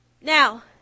Now